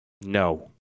No